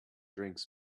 drinks